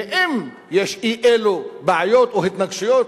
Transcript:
ואם יש אי אלו בעיות או התנגשויות,